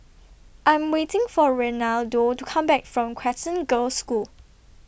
I Am waiting For Reinaldo to Come Back from Crescent Girls' School